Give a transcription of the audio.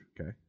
Okay